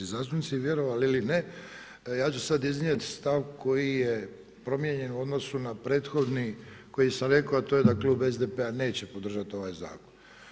Vjerovali ili ne, ja ću sada iznijeti stav koji je promijenjen u odnosu na prethodni, koji sam rekao, a to je da Klub SDP-a neće podržati ovaj zakon.